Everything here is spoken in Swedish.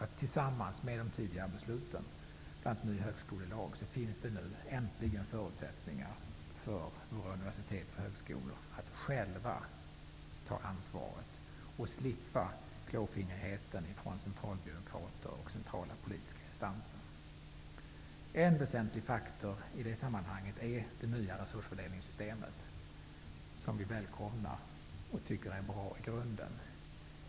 Tillsammans med de tidigare besluten för en ny högskolelag finns det nu äntligen förutsättningar för våra universitet och högskolor att själva ta ansvaret och slippa klåfingrigheten från centralbyråkrater och centrala politiska instanser. En väsentlig faktor i det sammanhanget är det nya resursfördelningssystemet, som vi välkomnar och tycker är bra i grunden.